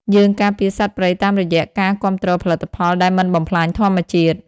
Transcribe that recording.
យើងការពារសត្វព្រៃតាមរយៈការគាំទ្រផលិតផលដែលមិនបំផ្លាញធម្មជាតិ។